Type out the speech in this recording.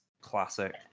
classic